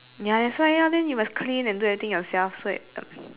ya that's why ah then you must clean and do everything yourself